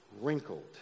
wrinkled